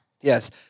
Yes